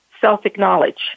self-acknowledge